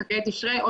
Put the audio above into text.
חגי תשרי,